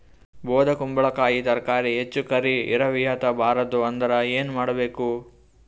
ಬೊದಕುಂಬಲಕಾಯಿ ತರಕಾರಿ ಹೆಚ್ಚ ಕರಿ ಇರವಿಹತ ಬಾರದು ಅಂದರ ಏನ ಮಾಡಬೇಕು?